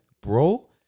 Bro